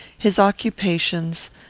his occupations,